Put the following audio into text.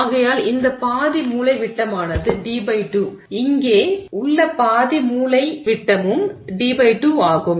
ஆகையால் இந்த பாதி மூலைவிட்டமானது d2 இங்கே உள்ள பாதி மூலைவிட்டமும் d2 ஆகும்